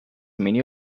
many